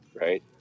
right